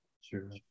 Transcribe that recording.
Sure